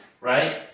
right